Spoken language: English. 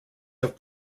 have